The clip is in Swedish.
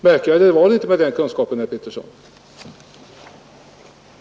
Märkvärdigare var det alltså inte med herr Peterssons kunskap.